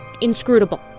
inscrutable